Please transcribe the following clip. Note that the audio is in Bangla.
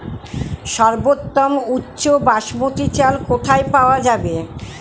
সর্বোওম উচ্চ বাসমতী চাল কোথায় পওয়া যাবে?